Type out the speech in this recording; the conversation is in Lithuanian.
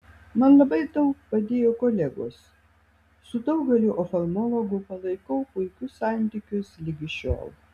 man labai daug padėjo kolegos su daugeliu oftalmologų palaikau puikius santykius ligi šiol